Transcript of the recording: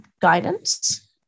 guidance